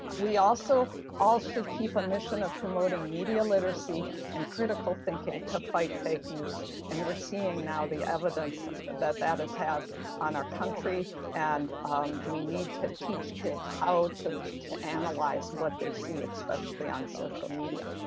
we also all should keep a mission of promoting media literacy and critical thinking, to fight fake news and we're seeing now the evidence that that has had on our country, and we need to teach kids how to to analyze what they see, especially on social media.